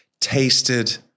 tasted